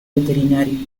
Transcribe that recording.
veterinario